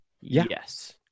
Yes